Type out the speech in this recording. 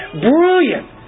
Brilliant